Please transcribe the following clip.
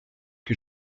que